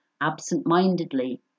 absent-mindedly